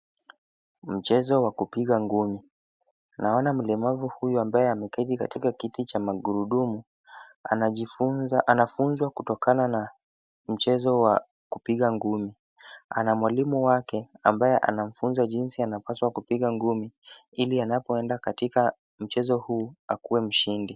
Mchezo wa kupiga ngumi. Naona mlemavu huyu ambaye ameketi katika kiti cha magurudumu, anajifunza, anafunzwa kutokana na mchezo wa kupiga ngumi. Ana mwalimu wake ambaye anamfunza jinsi anapaswa kupiga ngumi, ili anapoenda katika mchezo huu, akuwe mshindi.